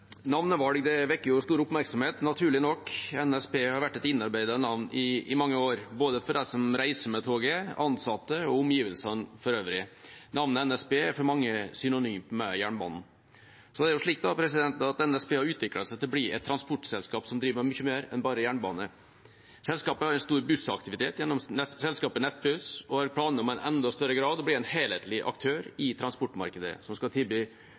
Navnet NSB er for mange synonymt med jernbanen. Så er det slik at NSB har utviklet seg til å bli et transportselskap som driver med mye mer enn bare jernbane. Selskapet har en stor bussaktivitet gjennom selskapet Nettbuss, og har planer om i enda større grad å bli en helhetlig aktør i transportmarkedet, som skal tilby